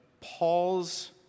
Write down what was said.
Paul's